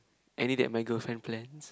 any that my girlfriend plans